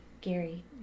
Gary